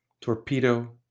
torpedo